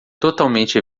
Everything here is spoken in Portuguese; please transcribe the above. totalmente